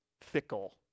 fickle